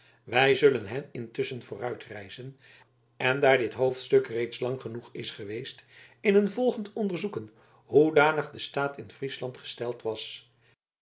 wij zullen hen intusschen vooruitreizen en daar dit hoofdstuk reeds lang genoeg is geweest in een volgend onderzoeken hoedanig de staat in friesland gesteld was